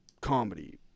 comedy